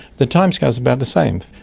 the timescale is about the same,